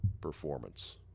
performance